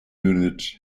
units